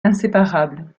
inséparables